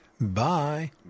Bye